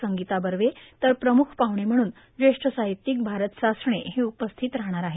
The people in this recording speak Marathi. संगीता बव तर प्रमुख पाहुणे म्हणून जेष्ठ साहित्यिक भारत सासणे हे उपस्थित राहणार आहेत